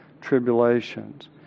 tribulations